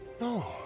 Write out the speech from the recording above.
No